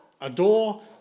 adore